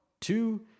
Two